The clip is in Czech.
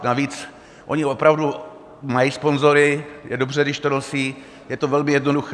Navíc oni opravdu mají sponzory, je dobře, když to nosí, je to velmi jednoduché.